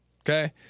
Okay